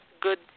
good